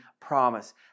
promise